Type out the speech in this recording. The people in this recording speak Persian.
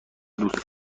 دوست